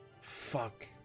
Fuck